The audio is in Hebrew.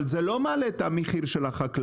אבל זה לא מעלה את המחיר של החקלאי,